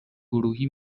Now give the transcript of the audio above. گروهی